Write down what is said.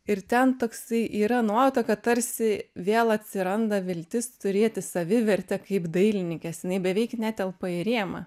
ir ten toksai yra nuojauta kad tarsi vėl atsiranda viltis turėti savivertę kaip dailininkės jinai beveik netelpa į rėmą